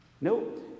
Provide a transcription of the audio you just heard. No